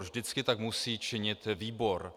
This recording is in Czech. Vždycky tak musí činit výbor.